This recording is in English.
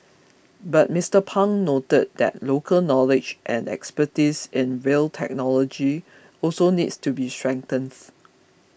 but Mister Pang noted that local knowledge and expertise in rail technology also needs to be strengthened